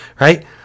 right